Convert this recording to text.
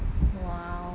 !wow!